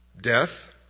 death